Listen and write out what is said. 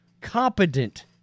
competent